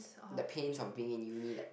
the pains of being in uni like